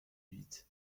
huit